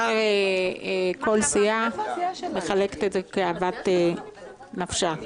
כל סיעה מחלקת את זה כאוות נפשה.